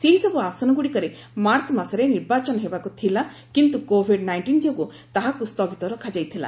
ସେହିସବୁ ଆସନଗୁଡ଼ିକରେ ମାର୍ଚ୍ଚ ମାସରେ ନିର୍ବାଚନ ହେବାକୁ ଥିଲା କିନ୍ତୁ କୋଭିଡ୍ ନାଇଂଟିନ୍ ଯୋଗୁଁ ତାହାକୁ ସ୍ଥଗିତ ରଖାଯାଇଥିଲା